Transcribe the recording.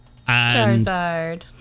Charizard